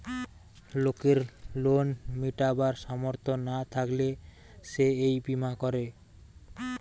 লোকের লোন মিটাবার সামর্থ না থাকলে সে এই বীমা করে